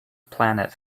planet